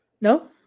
No